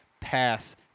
pass